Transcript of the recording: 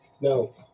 No